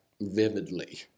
vividly